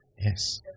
Yes